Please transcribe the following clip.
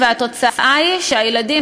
והתוצאה היא שהילדים,